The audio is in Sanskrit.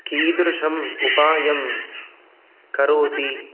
कीदृशम् उपायं करोति